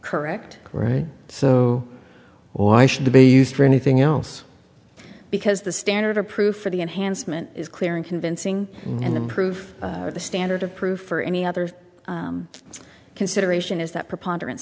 correct right so why should they be used for anything else because the standard of proof for the enhancement is clear and convincing and improve the standard of proof or any other consideration is that preponderance